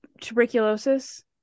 tuberculosis